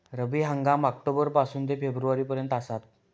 रब्बी हंगाम ऑक्टोबर पासून ते फेब्रुवारी पर्यंत आसात